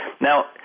Now